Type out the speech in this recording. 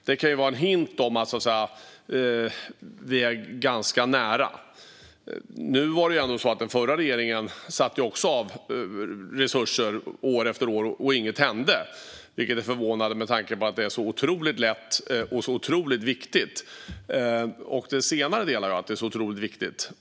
Det kan vara en hint om att vi är ganska nära. Den förra regeringen satte också av resurser år efter år, men ingenting hände. Det är förvånande med tanke på att det är så otroligt lätt och så otroligt viktigt.